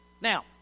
Now